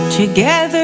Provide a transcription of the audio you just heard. together